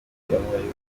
kwiyamamariza